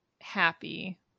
happy